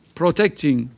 protecting